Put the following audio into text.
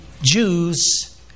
Jews